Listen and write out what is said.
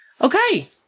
Okay